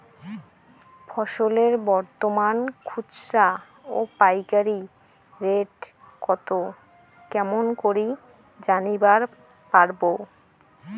ফসলের বর্তমান খুচরা ও পাইকারি রেট কতো কেমন করি জানিবার পারবো?